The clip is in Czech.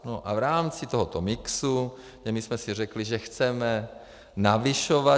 No a v rámci tohoto mixu, kde my jsme si řekli, že chceme navyšovat.